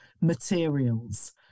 materials